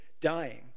dying